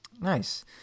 Nice